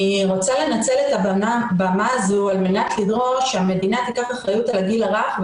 אני רוצה לנצל את הבמה הזאת כדי לדרוש שהמדינה תיקח אחריות על הגיל הרך,